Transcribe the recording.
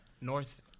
North –